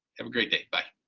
have a great day! but